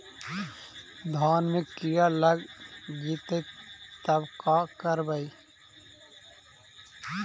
धान मे किड़ा लग जितै तब का करबइ?